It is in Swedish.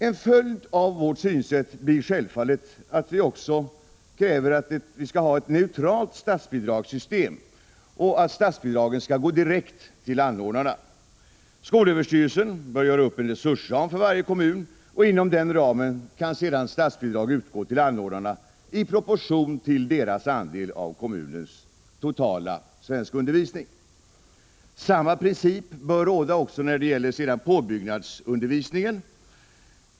En följd av vårt synsätt blir självfallet att vi också kräver att det skall vara ett neutralt statsbidragssystem och att statsbidragen skall gå direkt till anordnarna. Skolöverstyrelsen bör göra upp en resursram för varje kommun, och inom denna ram kan sedan statsbidrag utgå till anordnarna i proportion till deras andel av kommunens totala svenskundervisning. Samma princip bör också råda när det gäller påbyggnadsundervisningen.